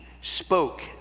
spoke